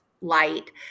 light